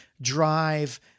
drive